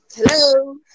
Hello